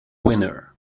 winner